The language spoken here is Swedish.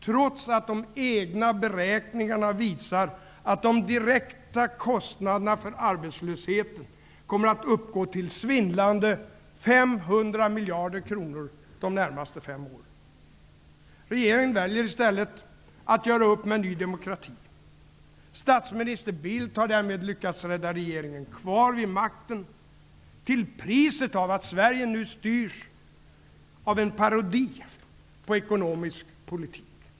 Trots att de egna beräkningarna visar att de direkta kostnaderna för arbetslösheten under de närmaste fem åren kommer att uppgå till svindlande 500 miljarder kronor, säger regeringen: Vi har inte råd. Regeringen väljer i stället att göra upp med Ny demokrati. Statsminister Bildt har därmed lyckats rädda regeringen kvar vid makten, till priset av att Sverige nu styrs av en parodi på ekonomisk politik.